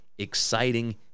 Exciting